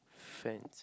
fans